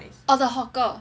oh is a hawker